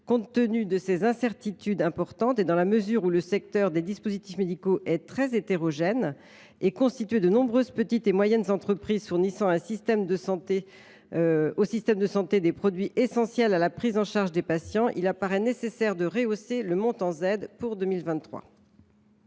Compte tenu de ces incertitudes importantes et dans la mesure où le secteur des dispositifs médicaux est très hétérogène – il est constitué de nombreuses petites et moyennes entreprises fournissant au système de santé des produits essentiels à la prise en charge des patients –, il apparaît nécessaire de rehausser le montant Z pour 2023.